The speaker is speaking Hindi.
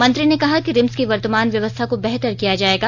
मंत्री ने कहा कि रिम्स की वर्तमान व्यवस्था को बेहतर किया जायेगा